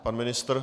Pan ministr?